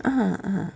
ah ah